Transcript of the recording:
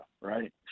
right